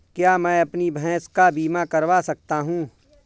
क्या मैं अपनी भैंस का बीमा करवा सकता हूँ?